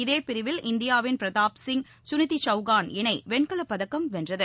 இதேபிரிவில் இந்தியாவின் பிரதாப் சிங் சுனிதிசவுகான் இணைவெண்கலப் பதக்கம் வென்றது